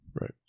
Right